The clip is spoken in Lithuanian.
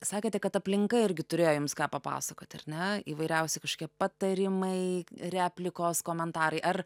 sakėte kad aplinka irgi turėjo jums ką papasakoti ar ne įvairiausi kažkokie patarimai replikos komentarai ar